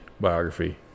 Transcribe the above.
biography